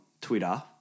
Twitter